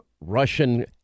Russian